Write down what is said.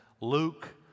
Luke